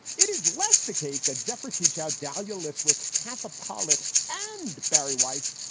it is less the case that zephyr teachout, dahlia lithwick, katha pollitt and barry weiss,